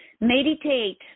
Meditate